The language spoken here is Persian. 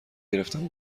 گرفتم